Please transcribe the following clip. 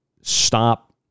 stop